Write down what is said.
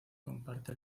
comparte